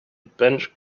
bench